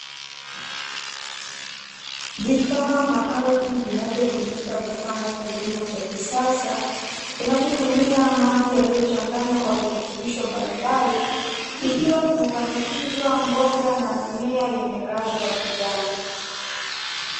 Vifaa maalumu vinavyotumika kufanya kilimo cha kisasa kinachotumia maji yaliyochanganywa kwa virutubisho mbalimbali, kikiwa kimepandikizwa mboga na mimea yenye rangi ya kijani.